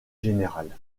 générale